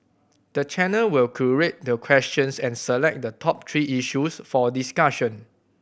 the channel will curate the questions and select the top three issues for discussion